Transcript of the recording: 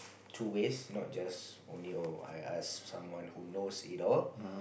two ways not just only oh I ask someone who knows it all